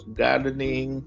gardening